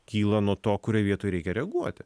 kyla nuo to kurioj vietoj reikia reaguoti